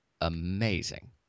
amazing